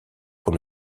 pour